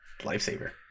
lifesaver